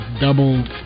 Double